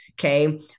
Okay